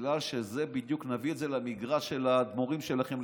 בגלל שנביא את זה למגרש של האדמו"רים שלכם,